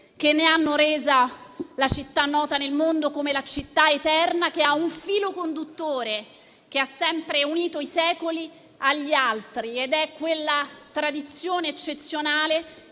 che l'ha resa nota nel mondo come la città eterna, che ha un filo conduttore che ha sempre unito i secoli agli altri, quella tradizione eccezionale